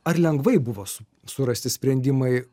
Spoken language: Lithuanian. ar lengvai buvo su surasti sprendimai